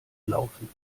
laufen